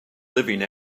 living